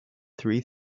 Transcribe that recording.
three